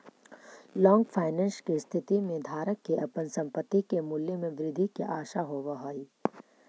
long finance के स्थिति में धारक के अपन संपत्ति के मूल्य में वृद्धि के आशा होवऽ हई